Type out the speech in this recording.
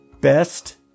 best